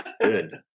Good